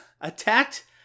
attacked